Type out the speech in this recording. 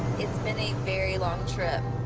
it's been a very long trip,